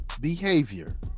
behavior